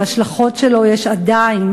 להשלכות שלו יש עדיין,